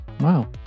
wow